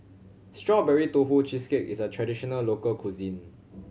Strawberry Tofu Cheesecake is a traditional local cuisine